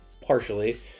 partially